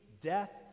death